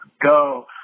go